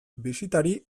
bisitari